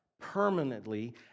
permanently